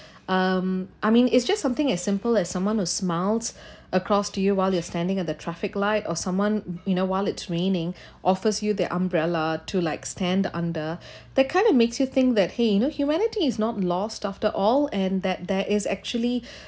um I mean it's just something as simple as someone who's smiles across to you while you're standing at the traffic light or someone you know while it's raining offers you the umbrella to like stand under the kind of makes you think that !hey! you know humanities is not lost after all and that there is actually